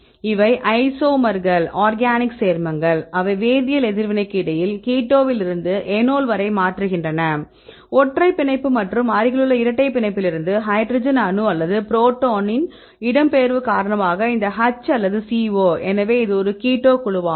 இவை ஐசோமர்கள் ஆர்கானிக் சேர்மங்கள் அவை வேதியியல் எதிர்வினைக்கு இடையில் கீட்டோவிலிருந்து எனோல் வரை மாற்றுகின்றன ஒற்றை பிணைப்பு மற்றும் அருகிலுள்ள இரட்டை பிணைப்பிலிருந்து ஹைட்ரஜன் அணு அல்லது புரோட்டானின் இடம்பெயர்வு காரணமாக இந்த H இது CO எனவே இது ஒரு கீட்டோ குழுவாகும்